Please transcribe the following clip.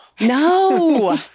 no